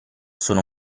sono